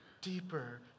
deeper